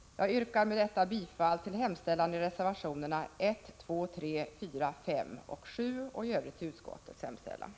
Jag yrkar med detta bifall till reservationerna 1, 2,3, 4,5 och 7 samt i övrigt till utskottets hemställan.